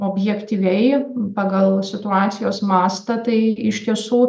objektyviai pagal situacijos mastą tai iš tiesų